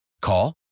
Call